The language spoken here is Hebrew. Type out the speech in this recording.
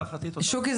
להערכתי --- שוקי,